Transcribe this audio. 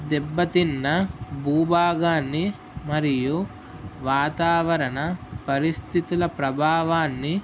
దెబ్బతిన్న భూభాగాన్ని మరియు వాతావరణ పరిస్థితుల ప్రభావాన్ని